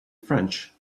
french